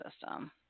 system